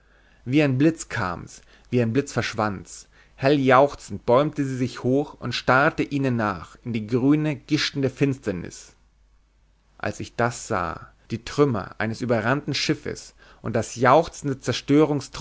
wie ein blitz kam's wie ein blitz verschwand's helljauchzend bäumte sie sich hoch und starrte ihnen nach in die grüne gischtende finsternis als ich das sah die trümmer eines überrannten schiffes und das jauchzende